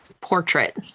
portrait